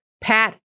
Pat